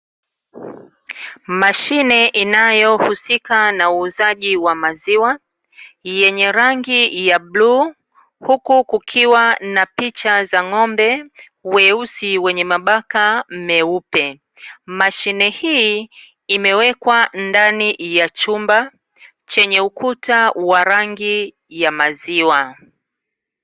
Mashine inayohusika na uuzaji wa maziwa, yenye rangi ya bluu huku kukiwa na picha za ng’ombe weusi wenye mabaka meupe. Mashine hii imewekwa ndani ya chumba, chenye ukuta wa rangi ya maziwa.